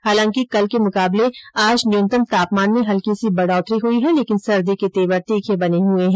हालांकि कल के मुकाबले आज न्यूनतम तापमान में हल्की सी बढ़ोतरी हई है लेकिन सर्दी के तेवर तीखे बने हए है